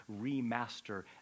remaster